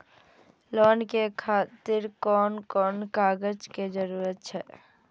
Loan के खातिर कोन कोन कागज के जरूरी छै?